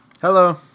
Hello